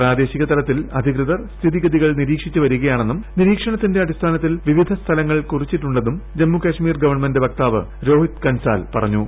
പ്രാദേശിക തലത്തിൽ അധികൃതർ സ്ഥിതിഗതികൾ നിരീക്ഷിച്ച് ദ്വരികയാണെന്നും നിരീക്ഷണത്തിന്റെ അടിസ്ഥാനത്തിൽ വിവിധ സ്ഥലങ്ങൾ കുറച്ചിട്ടുണ്ടെന്നും ജമ്മു കശ്മീർ ഗവൺമെന്റ് വക്താവ് രോഹിത് കൻസാൽ പറഞ്ഞു